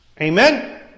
Amen